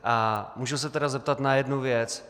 A můžu se tedy zeptat na jednu věc?